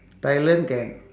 thailand can